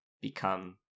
become